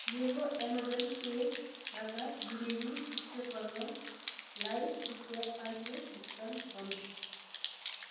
मेरो अमेजन पेबाट जुनेली विश्वकर्मालाई रुपियाँ पाँच सौ भुक्तान गर्नुहोस्